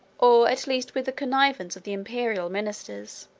or at least with the connivance of the imperial ministers.